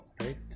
right